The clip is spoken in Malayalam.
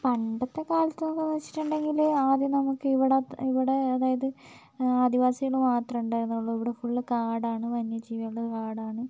പണ്ടത്തെ കാലത്ത് എന്താണെന്ന് വെച്ചിട്ടുണ്ടെങ്കിൽ ആദ്യം നമുക്ക് ഇവിടെ ഇവിടെ അതായത് ആദിവാസികൾ മാത്രമേ ഉണ്ടായിരുന്നുള്ളൂ ഇവിടെ ഫുൾ കാടാണ് വന്യജീവികളുള്ള കാടാണ്